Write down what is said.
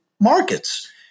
markets